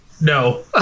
No